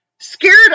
scared